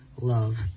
love